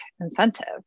incentive